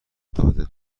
داده